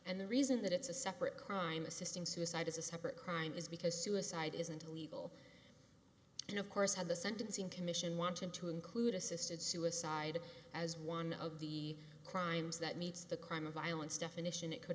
and the reason that it's a separate crime assisting suicide is a separate crime is because suicide isn't a legal and of course had the sentencing commission wanted to include assisted suicide as one of the crimes that meets the crime of violence definition it could